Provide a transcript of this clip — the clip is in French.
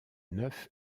neuf